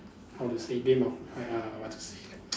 how to say game of !aiya! what to say